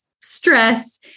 stress